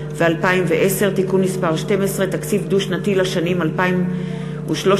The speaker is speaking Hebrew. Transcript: ו-2010) (תיקון מס' 12) (תקציב דו-שנתי לשנים 2013 ו-2014),